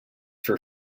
for